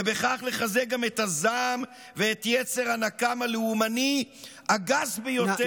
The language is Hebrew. ובכך לחזק גם את הזעם ואת יצר הנקם הלאומני הגס ביותר,